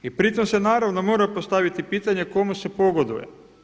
I pritom se naravno mora postaviti pitanje kome se pogoduje.